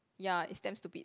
ya it's damn stupid